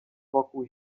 wokół